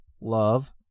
love